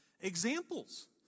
examples